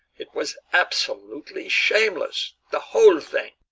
it was absolutely shameless, the whole thing.